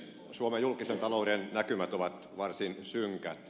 suomen julkisen talouden näkymät ovat varsin synkät